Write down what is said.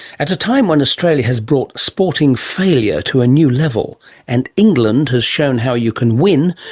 at a time when australia has brought sporting failure to a new level and england has shown how you can win,